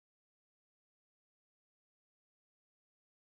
Catherine okay last time Ahmad-Ibrahim got shooting range one mah